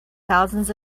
thousands